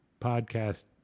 podcast